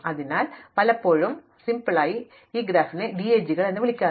അതിനാൽ പലപ്പോഴും ലാളിത്യത്തെ ഞങ്ങൾ ഈ ഗ്രാഫിനെ DAG കൾ എന്ന് വിളിക്കും